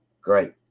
great